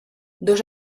dos